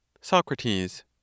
Socrates